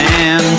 Man